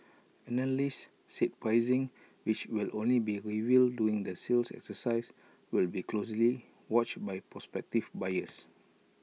analysts said pricing which will only be revealed during the sales exercise will be closely watched by prospective buyers